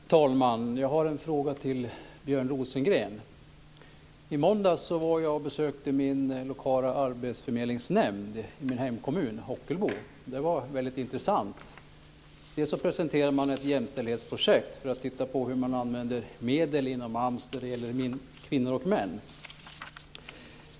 Fru talman! Jag har en fråga till Björn Rosengren. I måndags besökte jag min lokala arbetsförmedlingsnämnd i min hemkommun Ockelbo. Det var väldigt intressant. Man presenterade ett jämställdhetsprojekt för att titta på hur man använder medel inom AMS när det gäller kvinnor och män.